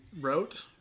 wrote